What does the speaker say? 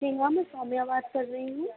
जी ma'am मैं सौम्या बात कर रही हूँ